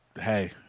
Hey